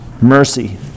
mercy